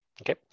Okay